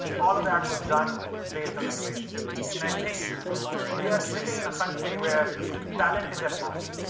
all of that was done based on innovation and i think we are sitting in a country where talent is atmos,